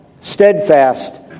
steadfast